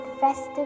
festive